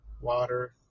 water